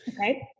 okay